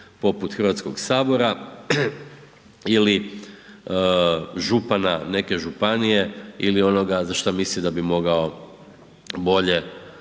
poput HS-a ili župana neke županije ili onoga za što misli da bi mogao bolje